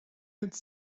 quite